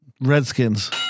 Redskins